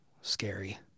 Scary